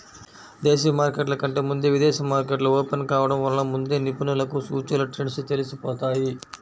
దేశీయ మార్కెట్ల కంటే ముందే విదేశీ మార్కెట్లు ఓపెన్ కావడం వలన ముందే నిపుణులకు సూచీల ట్రెండ్స్ తెలిసిపోతాయి